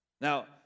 Now